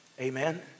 Amen